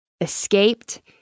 escaped